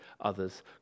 others